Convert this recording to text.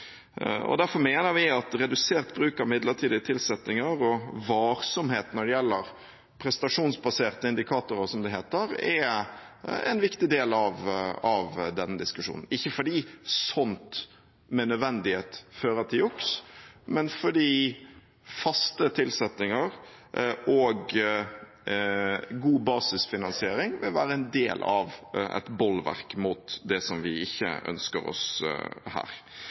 Derfor mener vi at redusert bruk av midlertidige tilsettinger og varsomhet når det gjelder prestasjonsbaserte indikatorer, som det heter, er en viktig del av denne diskusjonen – ikke fordi sånt med nødvendighet fører til juks, men fordi faste tilsettinger og god basisfinansiering vil være en del av et bolverk mot det som vi ikke ønsker oss her.